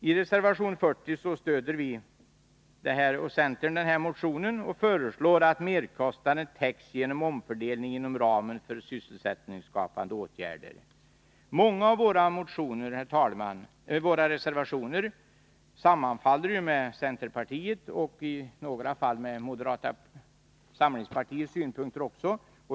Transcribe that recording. I reservation 40 stöder folkpartiet och centern denna motion och föreslår att merkostnaden täcks genom omfördelning inom ramen för sysselsättningsskapande åtgärder. Många av våra reservationer sammanfaller ju med centerpartiets — och i några fall också med moderata samlingspartiets — synpunkter.